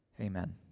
Amen